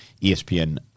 ESPN